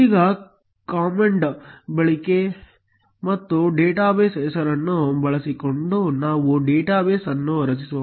ಈಗ ಕಮಾಂಡ್ ಬಳಕೆ ಮತ್ತು ಡೇಟಾಬೇಸ್ ಹೆಸರನ್ನು ಬಳಸಿಕೊಂಡು ನಾವು ಡೇಟಾಬೇಸ್ ಅನ್ನು ರಚಿಸೋಣ